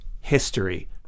history